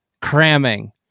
cramming